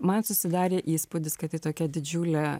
man susidarė įspūdis kad tai tokia didžiulė